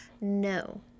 No